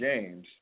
James